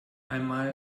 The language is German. einmal